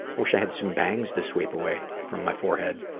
wish i had some bangs to sweep away from my forehead.